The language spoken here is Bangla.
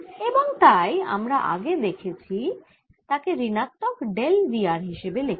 এবং তাই আমরা আগে দেখেছি তাকে ঋণাত্মক ডেল V r হিসাবে লেখা হয়